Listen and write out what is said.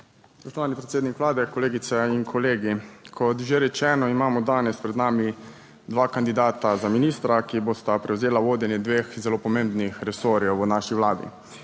predsednik Vlade, kolegice in kolegi! Kot že rečeno imamo danes pred nami dva kandidata za ministra, ki bosta prevzela vodenje dveh zelo pomembnih resorjev v naši vladi.